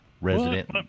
Resident